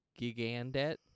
Gigandet